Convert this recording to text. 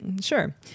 sure